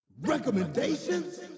Recommendations